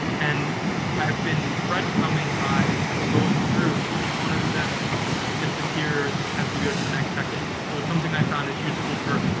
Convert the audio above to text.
and i've been breadcrumbing by going through, each one of them disappears as we go to the next section. so, it's something i found is useful for,